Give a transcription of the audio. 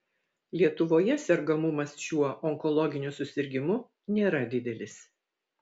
lietuvoje sergamumas šiuo onkologiniu susirgimu nėra didelis